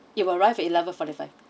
it will arrive at eleven forty five